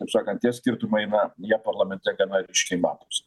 taip sakant tie skirtumai na jie parlamente gana ryškiai matosi